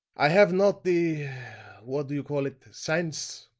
i have not the what do you call it sense?